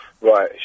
Right